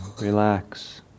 relax